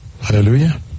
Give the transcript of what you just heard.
Hallelujah